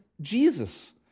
Jesus